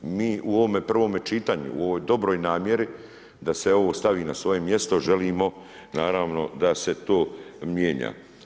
Mi u ovome prvom čitanju u ovoj dobroj namjeri da se ovo stavi na svoje mjesto želimo naravno da se to mijenja.